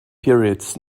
periods